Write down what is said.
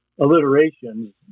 alliterations